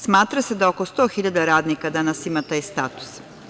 Smatra da se da oko 100.000 radnika danas ima taj status.